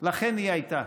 לכן היא הייתה: